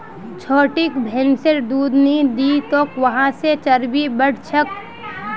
छोटिक भैंसिर दूध नी दी तोक वहा से चर्बी बढ़ छेक